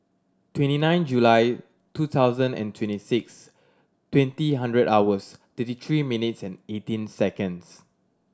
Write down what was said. twenty nine July two thousand and twenty six twenty hundred hours thirty three minutes and eighteen seconds